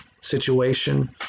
situation